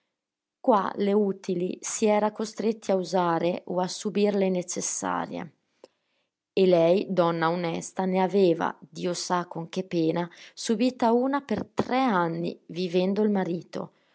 qua le utili si era costretti a usare o a subir le necessarie e lei donna onesta ne aveva dio sa con che pena subita una per tre anni vivendo il marito